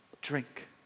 drink